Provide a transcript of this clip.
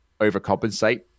overcompensate